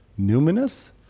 numinous